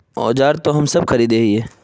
औजार तो हम सब खरीदे हीये?